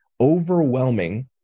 overwhelming